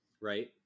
Right